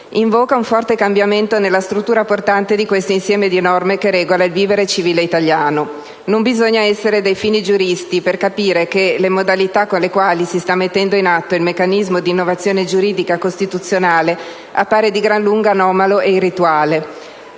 invoca un forte cambiamento nella struttura portante di questo insieme di norme che regola il vivere civile italiano. Non bisogna essere dei fini giuristi per capire che le modalità con le quali si sta mettendo in atto il meccanismo di innovazione giuridica costituzionale appaiono di gran lunga anomale e irrituali.